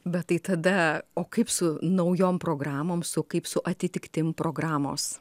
bet tai tada o kaip su naujom programom su kaip su atitiktimi programos